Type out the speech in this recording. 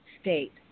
state